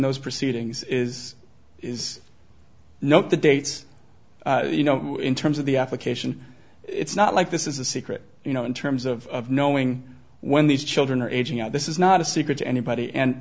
those proceedings is is not the dates you know in terms of the application it's not like this is a secret you know in terms of knowing when these children are aging out this is not a secret to anybody and